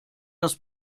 das